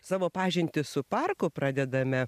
savo pažintį su parku pradedame